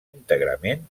íntegrament